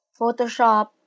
Photoshop